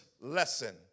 lesson